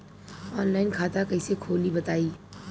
Online खाता कइसे खोली बताई?